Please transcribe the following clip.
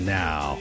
now